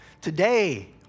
today